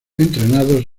entrenados